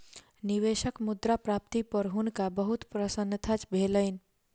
निवेशक मुद्रा प्राप्ति पर हुनका बहुत प्रसन्नता भेलैन